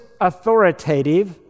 authoritative